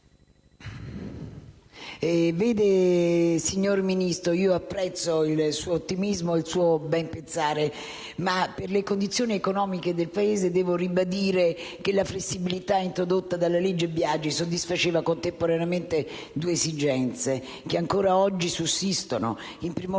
XVII)*. Signor Ministro, apprezzo il suo ottimismo e il suo ben pensare ma, per le condizioni economiche del Paese, devo ribadire che la flessibilità introdotta dalla legge Biagi soddisfaceva contemporaneamente due esigenze che ancora oggi sussistono. In primo